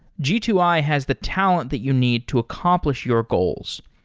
g two i has the talent that you need to accomplish your goals.